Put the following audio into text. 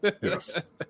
Yes